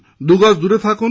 দুগজ দূরে থাকুন